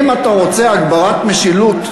אם אתה רוצה הגברת משילות,